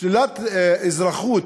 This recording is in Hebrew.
שלילת אזרחות